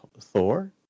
Thor